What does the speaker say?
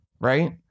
right